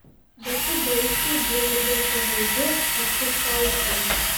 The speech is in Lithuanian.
bet tu baisiai bjauriesi žodžiu apsišaukėlė